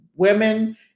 Women